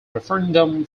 referendum